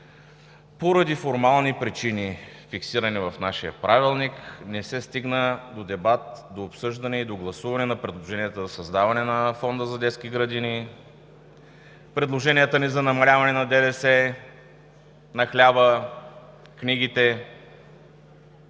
поради формални причини, фиксирани в нашия правилник, не се стигна до дебат, до обсъждане и до гласуване на предложенията за създаване на Фонда за детски градини, предложенията ни за намаляване на ДДС на хляба, книгите.